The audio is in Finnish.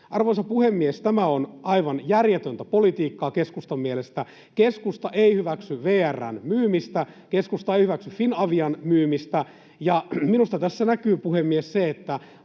Arvoisa puhemies! Tämä on aivan järjetöntä politiikkaa keskustan mielestä. Keskusta ei hyväksy VR:n myymistä, keskusta ei hyväksy Finavian myymistä. Minusta tässä näkyy, puhemies, se, että